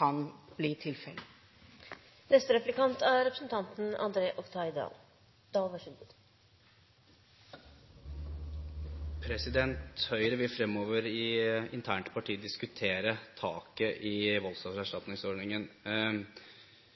kan bli tilfellet. Høyre vil fremover internt i partiet diskutere taket for voldsofferstatningsordningen. Jeg vil tippe at én begrunnelse for ikke å fjerne taket